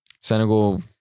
Senegal